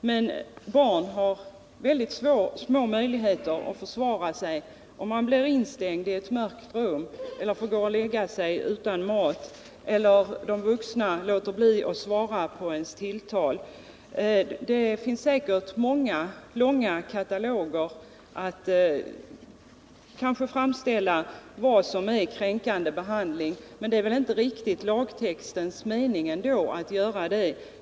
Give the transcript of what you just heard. Ett barn har små möjligheter att försvara sig om det blir instängt i ett mörkt rum, om det får gå och lägga sig utan mat eller om de vuxna låter bli att svara på tilltal. Det kan säkert upprättas en hel katalog över kränkande behandling. Det är väl emellertid inte riktigt meningen att man skall göra det i lagtexten.